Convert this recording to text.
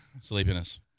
Sleepiness